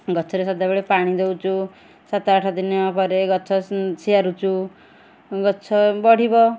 ଗଛରେ ସଦାବେଳେ ପାଣି ଦଉଚୁ ସାତ ଆଠ ଦିନ ପରେ ଗଛ ସିଆରୁଛୁ ଗଛ ବଢ଼ିବ